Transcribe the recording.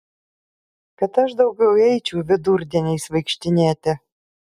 kad aš daugiau eičiau vidurdieniais vaikštinėti